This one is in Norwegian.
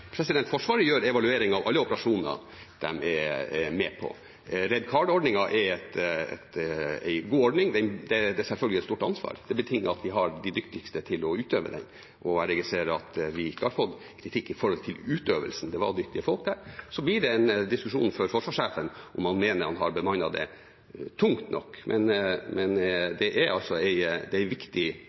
seinare? Forsvaret gjør evalueringer av alle operasjoner de er med på. «Red Card»-ordningen er en god ordning. Det er selvfølgelig et stort ansvar. Det betinger at vi har de dyktigste til å utøve den, og jeg registrerer at vi ikke har fått kritikk for utøvelsen. Det var dyktige folk der. Så blir det en diskusjon for forsvarssjefen om han mener han har bemannet det tungt nok. Men det er en viktig